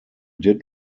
did